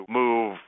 move